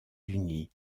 unis